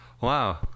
Wow